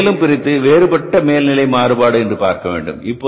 இதை மேலும் பிரித்து வேறுபட்ட மேல்நிலை மாறுபாடு என்று பார்க்க வேண்டும்